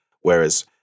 Whereas